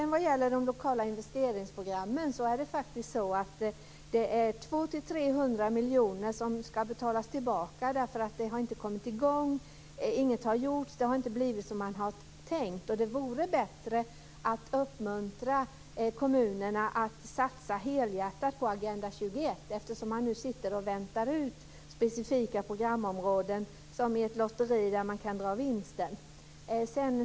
När det gäller de lokala investeringsprogrammen är det 200-300 miljoner som ska betalas tillbaka därför att inget har gjorts och det inte har blivit som man har tänkt. Det vore bättre att uppmuntra kommunerna att satsa helhjärtat på Agenda 21, eftersom man nu väntar ut specifika programområden som i ett lotteri där man kan dra vinsten.